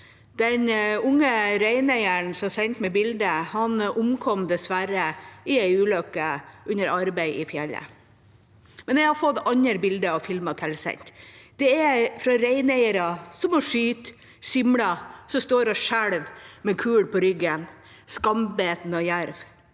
Den unge reineieren som sendte meg bildet, omkom dessverre i en ulykke under arbeid i fjellet. Jeg har fått andre bilder og filmer tilsendt. Det er fra reineiere som må skyte simla som står og skjelver med kul på ryggen, skambitt av jerv.